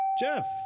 Jeff